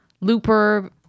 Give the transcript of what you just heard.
Looper